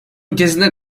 ülkesinde